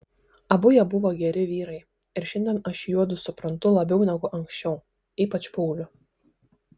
abu jie buvo geri vyrai ir šiandien aš juodu suprantu labiau negu anksčiau ypač paulių